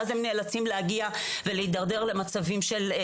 ואז הם נאלצים להגיע ולהתדרדר למצבים של ההתדרדרויות.